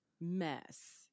mess